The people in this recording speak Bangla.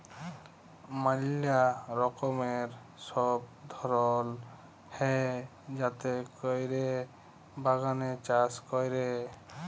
ম্যালা রকমের সব ধরল হ্যয় যাতে ক্যরে বাগানে চাষ ক্যরে